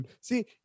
See